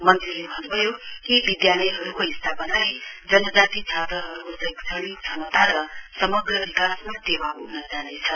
मन्त्रीले भन्नुभयो यी विधालयहरुको स्थापनाले जनजाति छात्रहरुको शैक्षणिक क्षमता र समग्र विकासमा टेवा प्ग्ना जानेछ